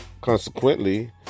Consequently